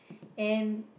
and